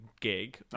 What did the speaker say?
gig